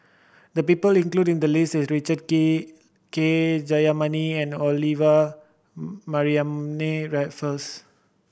the people included in the list are Richard Kee K Jayamani and Olivia Mariamne Raffles